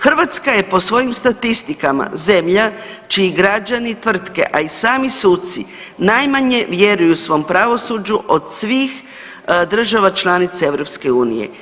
Hrvatska je po svojim statistikama zemlja čiji građani i tvrtke, a i sami suci najmanje vjeruju svom pravosuđu od svih država članica EU.